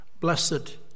Blessed